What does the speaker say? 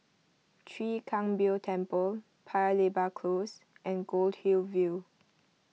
Chwee Kang Beo Temple Paya Lebar Close and Goldhill View